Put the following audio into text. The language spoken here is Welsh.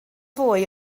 fwy